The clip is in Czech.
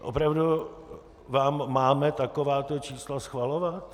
Opravdu vám máme takováto čísla schvalovat?